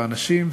באנשים,